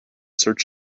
search